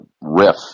riff